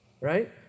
right